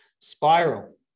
spiral